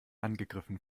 angegriffen